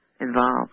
involved